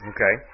Okay